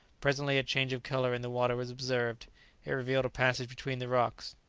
presently a change of colour in the water was observed it revealed a passage between the rocks.